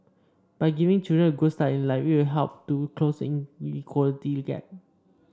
by giving children a good start in life it will help to close the inequality gap